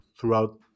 throughout